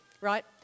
right